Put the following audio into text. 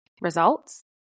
results